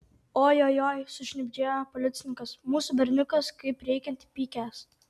ojojoi sušnibždėjo policininkas mūsų berniukas kaip reikiant įpykęs